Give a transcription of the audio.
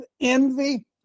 Envy